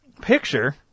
picture